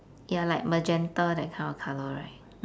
ya like magenta that kind of colour right